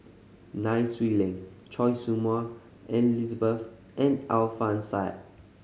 Nai Swee Leng Choy Su Moi Elizabeth and Alfian Sa'at